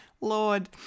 Lord